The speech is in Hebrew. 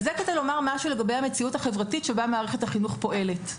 אז זה כדי לומר משהו לגבי המציאות החברתית שבה מערכת החינוך פועלת.